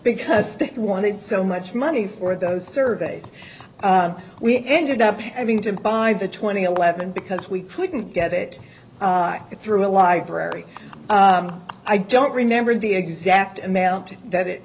because we wanted so much money for those surveys we ended up having to buy the twenty eleven because we couldn't get it through a library i don't remember the exact amount that it